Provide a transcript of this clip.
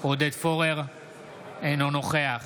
אינו נוכח